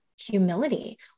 humility